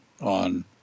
on